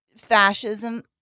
fascism